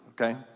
okay